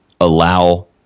allow